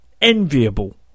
enviable